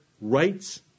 rights